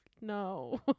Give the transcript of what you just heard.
no